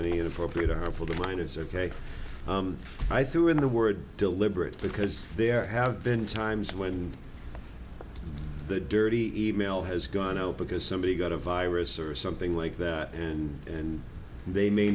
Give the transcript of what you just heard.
any inappropriate or harmful to minors ok i threw in the word deliberate because there have been times when the dirty even it has gone up because somebody got a virus or something like that and they may